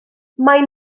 maen